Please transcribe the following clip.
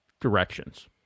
directions